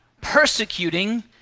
persecuting